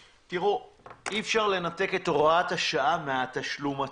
אי אפשר לנתק את הוראת השעה מהתשלום עצמו.